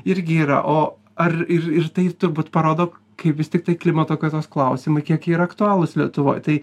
irgi yra o ar ir ir tai turbūt parodo kaip vi tiktai klimato kaitos klausimą kiek yra aktualūs lietuvoj tai